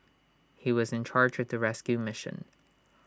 he was in charge of the rescue mission